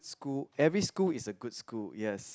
school every school is a good school yes